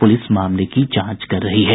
police मामले की जांच कर ही है